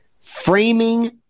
framing